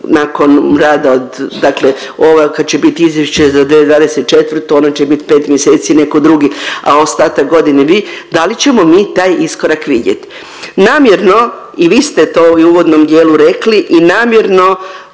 nakon rada od dakle ovo kad će bit izvješće za 2024. ono će bit pet mjeseci i neko drugi, a ostatak godine vi, da li ćemo mi taj iskorak vidjet? Namjerno i vi ste to u uvodnom dijelu rekli i namjerno